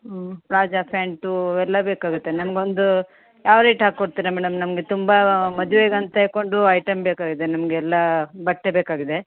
ಹ್ಞೂ palazzo pant ಅವೆಲ್ಲ ಬೇಕಾಗುತ್ತೆ ನಮ್ಗೆ ಒಂದು ಯಾವ ರೇಟ್ ಹಾಕ್ಕೊಡ್ತೀರ ಮೇಡಮ್ ನಮಗೆ ತುಂಬ ಮದ್ವೆಗಂತ ತಗೊಂಡು ಐಟಮ್ ಬೇಕಾಗಿದೆ ನಮಗೆಲ್ಲ ಬಟ್ಟೆ ಬೇಕಾಗಿದೆ